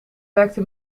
werkte